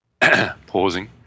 Pausing